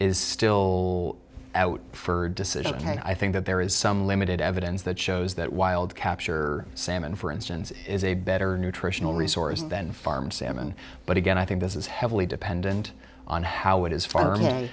is still out for decision and i think that there is some limited evidence that shows that wild capture salmon for instance is a better nutritional resource then farmed salmon but again i think this is heavily dependent on how it is far a